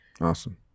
Awesome